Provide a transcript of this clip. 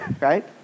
right